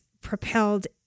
propelled